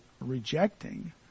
rejecting